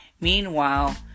Meanwhile